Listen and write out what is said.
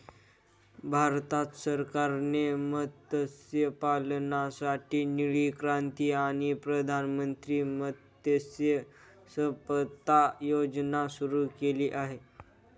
भारत सरकारने मत्स्यपालनासाठी निळी क्रांती आणि प्रधानमंत्री मत्स्य संपदा योजना सुरू केली आहे